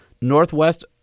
Northwest